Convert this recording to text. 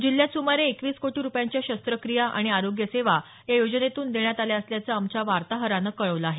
जिल्ह्यात सुमारे एकवीस कोटी रुपयांच्या शस्त्रक्रिया आणि आरोग्यसेवा या योजनेतून देण्यात आल्या असल्याचं आमच्या वार्ताहरानं कळवलं आहे